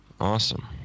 Awesome